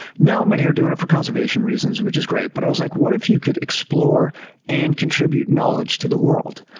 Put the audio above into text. now many are doing it for conservation reasons, which is great, but i was like, what if you could explore and contribute knowledge to the world?